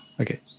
Okay